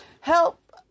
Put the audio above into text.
Help